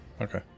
okay